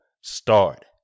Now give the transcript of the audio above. Start